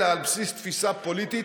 אלא על בסיס תפיסה פוליטית,